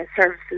services